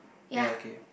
ya okay